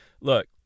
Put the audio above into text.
Look